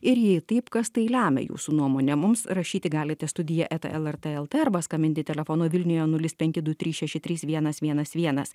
ir jei taip kas tai lemia jūsų nuomone mums rašyti galite studija eta lrt lt arba skambinti telefonu vilniuje nulis penki du trys šeši trys vienas vienas vienas